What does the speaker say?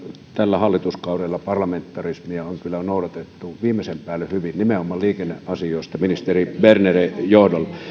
tällä hallituskaudella parlamentarismia on kyllä noudatettu viimeisen päälle hyvin nimenomaan liikenneasioissa ministeri bernerin johdolla